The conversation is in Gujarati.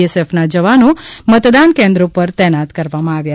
એસએફસ ના જવાનો મતદાન કેન્દ્રો પર તૈનાત કરવામાં આવ્યા છે